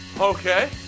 Okay